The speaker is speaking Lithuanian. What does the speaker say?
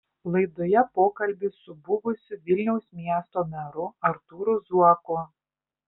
laidoje pokalbis su buvusiu vilniaus miesto meru artūru zuoku